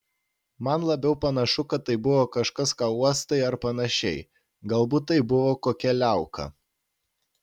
man labiau panašu kad tai buvo kažkas ką uostai ar panašiai galbūt tai buvo kokia liauka